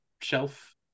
shelf